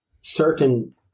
certain